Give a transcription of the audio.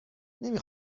نمی